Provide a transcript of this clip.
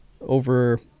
over